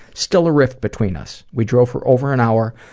still a rift between us. we drove for over an hour